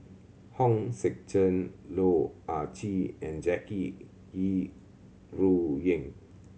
Hong Sek Chern Loh Ah Chee and Jackie Yi Ru Ying